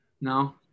No